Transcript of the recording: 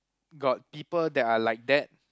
got people that are like that